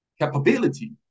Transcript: capability